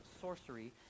sorcery